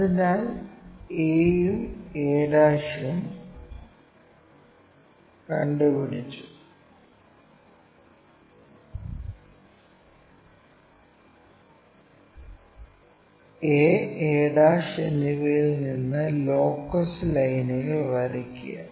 അതിനാൽ a ഉം a' ഉം കണ്ടുപിടിച്ചു a a' എന്നിവയിൽ നിന്ന് ലോക്കസ് ലൈനുകൾ വരയ്ക്കുക